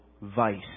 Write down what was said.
vice